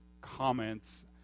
comments